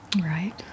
Right